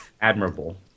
Admirable